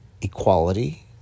equality